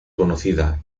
conocida